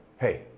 Hey